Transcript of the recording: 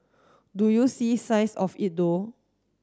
do you see signs of it though